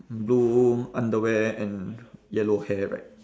blue underwear and yellow hair right